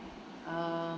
uh